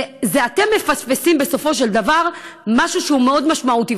זה אתם מפספסים בסופו של דבר משהו שהוא מאוד משמעותי.